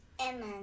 Emma